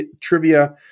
trivia